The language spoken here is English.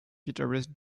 guitarist